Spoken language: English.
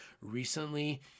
Recently